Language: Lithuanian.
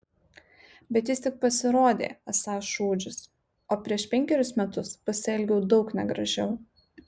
bet jis tik pasirodė esąs šūdžius o aš prieš penkerius metus pasielgiau daug negražiau